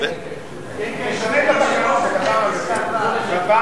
זה כתוב בתקנון?